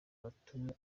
watumye